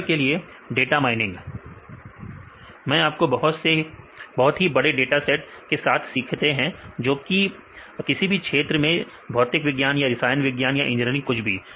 उदाहरण के लिएडाटा माइनिंग में आप बहुत ही बड़े डाटा सेट के साथ सीखते हैं जो कि किसी भी क्षेत्र का जैसे भौतिक विज्ञान या रसायन विज्ञान या इंजीनियरिंग कुछ भी